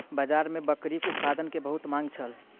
बाजार में बकरीक उत्पाद के बहुत मांग छल